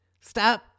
Stop